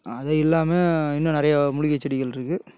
அதை இல்லாமல் இன்னும் நிறைய மூலிகை செடிகள் இருக்கு